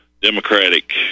Democratic